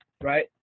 right